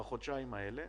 בחודשיים האלה,